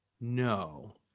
No